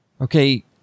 okay